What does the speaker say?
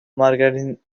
margarine